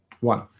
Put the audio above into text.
One